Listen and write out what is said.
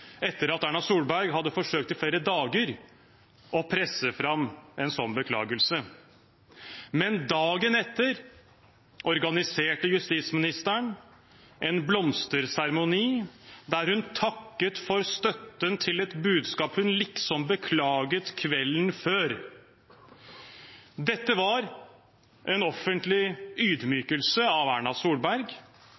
etter at Erna Solberg hadde forsøkt i flere dager å presse fram en sånn beklagelse. Men dagen etter organiserte justisministeren en blomsterseremoni der hun takket for støtten til et budskap hun liksom beklaget kvelden før. Dette var en offentlig